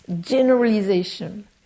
generalization